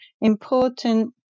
important